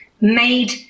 made